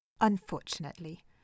unfortunately